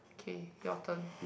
okay your turn